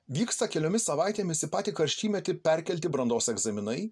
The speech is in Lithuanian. vyksta keliomis savaitėmis į patį karštymetį perkelti brandos egzaminai